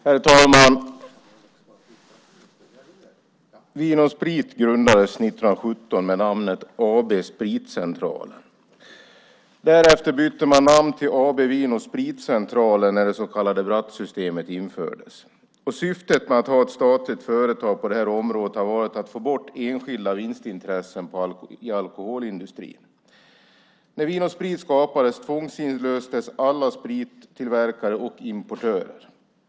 Herr talman! Vin & Sprit grundades 1917 med namnet AB Spritcentralen. Därefter bytte man namn till AB Vin och Spritcentralen när det så kallade Brattsystemet infördes. Syftet med att ha ett statligt företag på området har varit att få bort enskilda vinstintressen i alkoholindustrin. När Vin & Sprit skapades tvångsinlöstes alla sprittillverkare och importörer.